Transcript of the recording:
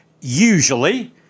usually